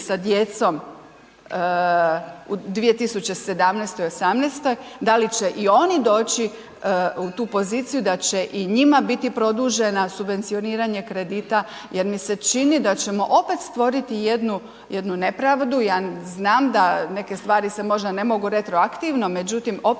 sa djecom u 2017., 2018. da li će i oni doći u tu poziciju da će i njima biti produženo subvencioniranje kredita, jer mi se čini da ćemo opet stvoriti jednu, jednu nepravdu. Ja znam da neke stvari se možda ne mogu retroaktivno međutim opet